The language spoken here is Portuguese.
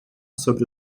sobre